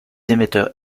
émetteurs